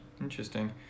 Interesting